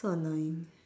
so annoying